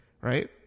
right